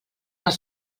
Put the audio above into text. els